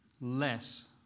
less